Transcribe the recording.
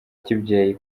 kibyeyi